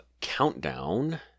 countdown